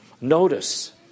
Notice